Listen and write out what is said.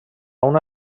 una